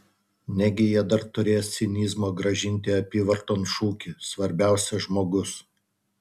negi jie dar turės cinizmo grąžinti apyvarton šūkį svarbiausia žmogus